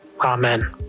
Amen